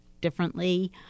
differently